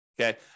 Okay